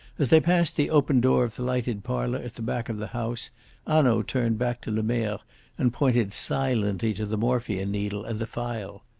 as they passed the open door of the lighted parlour at the back of the house hanaud turned back to lemerre and pointed silently to the morphia-needle and the phial.